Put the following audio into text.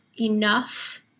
enough